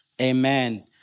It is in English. Amen